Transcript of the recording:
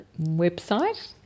Website